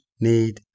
need